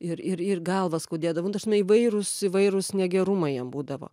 ir ir galvą skaudėdavo dažnai įvairūs įvairūs negerumai jam būdavo